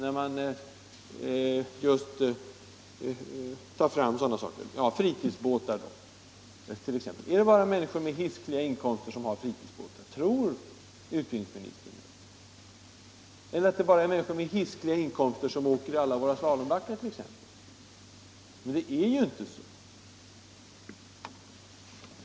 Tror utbildningsministern att det bara är människor med hiskeliga inkomster som har fritidsbåtar? Eller är det bara människor med hiskeliga inkomster som åker i alla våra slalombackar? Det är ju inte så.